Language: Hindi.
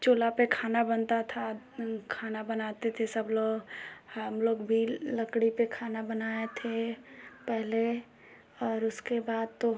चूल्हा पर खाना बनता था खाना बनाते थे सबलोग हमलोग भी लकड़ी पर खाना बनाए थे पहले और उसके बाद तो